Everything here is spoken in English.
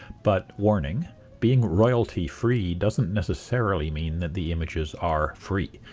but, warning being royalty-free doesn't necessarily mean that the images are free.